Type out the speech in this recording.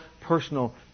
personal